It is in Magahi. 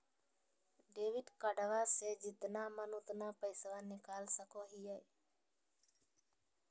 डेबिट कार्डबा से जितना मन उतना पेसबा निकाल सकी हय?